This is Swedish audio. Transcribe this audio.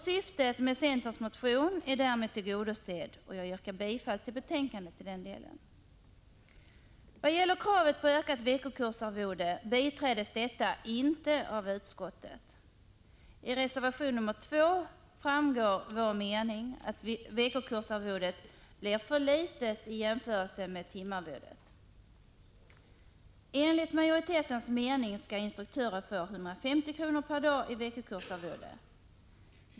Syftet med centerns motion är därmed tillgodosett, och jag yrkar bifall till utskottsbetänkandets hemställan i den delen. Kravet på ökat veckokursarvode biträds inte av utskottet. I reservation 2 framgår vår mening, nämligen att veckokursarvodet blir för litet i jämförelse med timarvodet. Enligt majoritetens mening skall instruktörer få 150 kr. per dag i veckokursarvode.